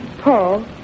Paul